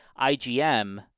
IgM